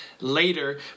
later